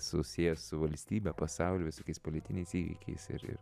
susijęs su valstybe pasaulyje visokiais politiniais įvykiais ir ir